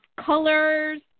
colors